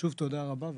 שוב, תודה רבה והערכה.